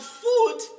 food